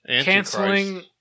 canceling